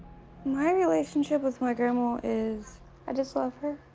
my relationship with my grandma is i just love her.